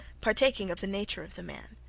partaking of the nature of the man.